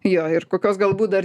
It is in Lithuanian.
jo ir kokios galbūt dar